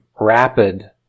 rapid